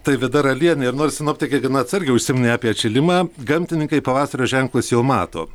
tai vida ralienė ir nors sinoptikai gana atsargiai užsiminė apie atšilimą gamtininkai pavasario ženklus jau mato